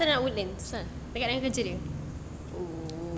kau tahu asal dia nak woodlands dekat dengan kerja dia